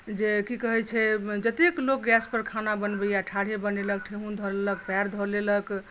जे की कहैत छै जतेक लोक गैसपर खाना बनबैए ठाढ़े बनेलक ठेहुँन धऽ लेलक पएर धऽ लेलक